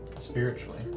Spiritually